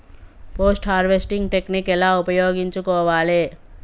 Post harvesting technique ఎలా ఉపయోగించుకోవాలి?